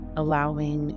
allowing